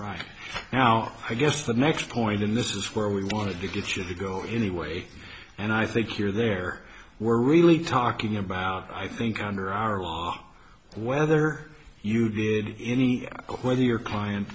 right now i guess the next point in this where we wanted to get you to go anyway and i think you're there we're really talking about i think under our law whether you did any whether your client